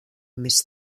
més